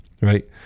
right